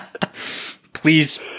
please